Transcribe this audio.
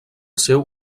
seu